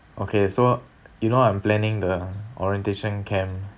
okay so you know I'm planning the orientation camp